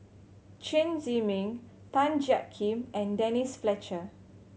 Chen Zhiming Tan Jiak Kim and Denise Fletcher